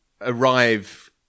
arrive